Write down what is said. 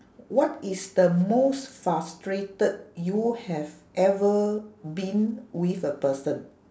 what is the most frustrated you have ever been with a person